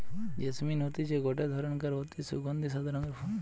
jasmine হতিছে গটে ধরণকার অতি সুগন্ধি সাদা রঙের ফুল